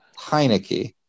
Heineke